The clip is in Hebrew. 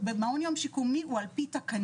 ובמעון יום שיקומי הוא על פי תקנות,